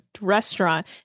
restaurant